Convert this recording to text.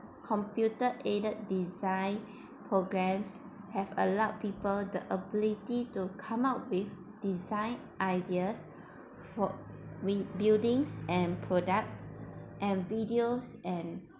computer aided design programmes have allowed people the ability to come up with design ideas for with buildings and products and videos and